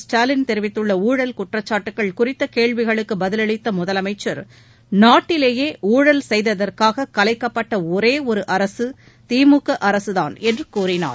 ஸ்டாலின் தெரிவித்துள்ளஊழல் குற்றச்சாட்டுக்கள் குறித்தகேள்விகளுக்குபதிலளித்தமுதலமைச்சர் நாட்டலேயேஊழல் செய்ததற்காககலைக்கப்பட்ட ஒரே அரசுதிமுக அரசுதான் என்றுகூறினார்